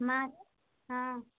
ମାଛ୍ ହଁ